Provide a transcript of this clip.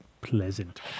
pleasant